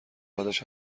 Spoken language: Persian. بعدش